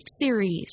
series